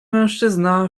mężczyzna